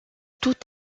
tout